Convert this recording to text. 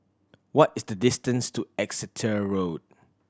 what is the distance to Exeter Road